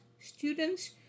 students